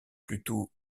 plutôt